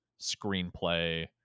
screenplay